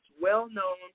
well-known